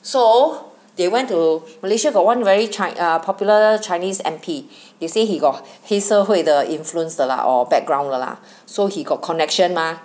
so they went to Malaysia got one very chi~ ah popular chinese M_P he say he got 黑社会的 influence 的啦 or background 的啦 so he got connection mah